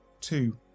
Two